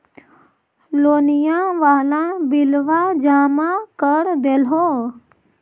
लोनिया वाला बिलवा जामा कर देलहो?